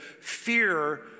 fear